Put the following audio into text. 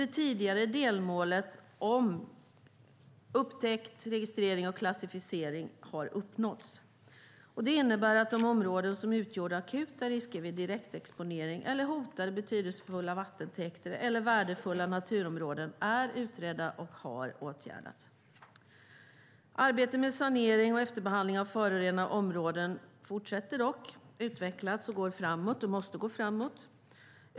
Det tidigare delmålet om upptäckt, registrering och klassificering har uppnåtts. Det innebär att de områden som utgjorde akuta risker vid direktexponering eller hotade betydelsefulla vattentäkter eller värdefulla naturområden är utredda och har åtgärdats. Arbetet med sanering och efterbehandling av förorenade områden fortsätter att utvecklas och går framåt. Det måste gå framåt.